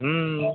हो